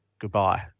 Goodbye